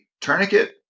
tourniquet